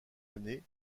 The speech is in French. années